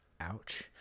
Ouch